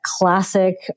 classic